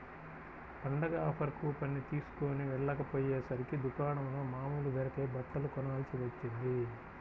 పండగ offer coupon తీస్కొని వెళ్ళకపొయ్యేసరికి దుకాణంలో మామూలు ధరకే బట్టలు కొనాల్సి వచ్చింది